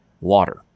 water